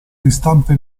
ristampe